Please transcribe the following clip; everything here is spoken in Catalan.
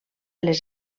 les